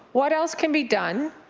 what else can be done?